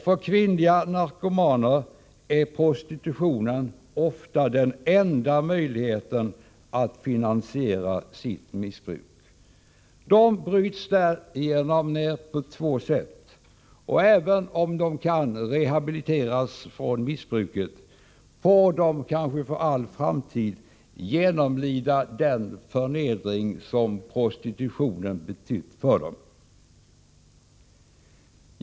För kvinnliga narkomaner är prostitutionen ofta den enda möjligheten att finansiera sitt missbruk. De bryts därigenom ner på två sätt. Även om de kan rehabiliteras från missbruket får de kanske för all framtid genomlida den förnedring som prostitutionen betytt för dem.